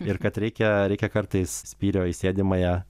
ir kad reikia reikia kartais spyrio į sėdimąją